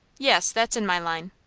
yes that's in my line.